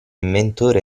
inventore